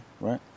right